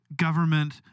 government